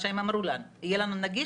יהיה אחד נגיש